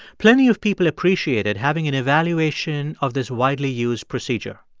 plenty of people appreciated having an evaluation of this widely used procedure,